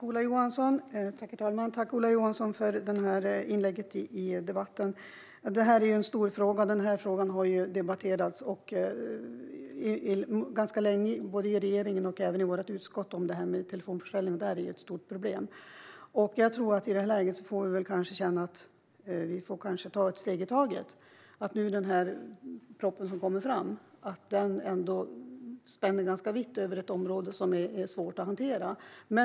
Herr talman! Tack, Ola Johansson, för inlägget i debatten! Det här är en stor fråga. Frågan om telefonförsäljning har debatterats ganska länge både i regeringen och i vårt utskott. Det är ett stort problem. I det här läget får vi kanske ta ett steg i taget. Den proposition som nu kommer spänner ändå ganska vitt över ett område som är svårt att hantera.